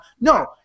No